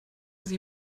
sie